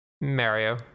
Mario